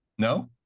No